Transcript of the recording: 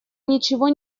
ничего